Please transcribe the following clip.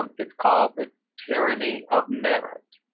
um it's called the tyranny of merit.